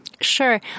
Sure